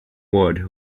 ward